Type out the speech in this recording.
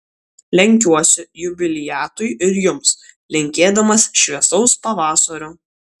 lenkiuosi jubiliatui ir jums linkėdamas šviesaus pavasario